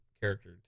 character